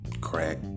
crack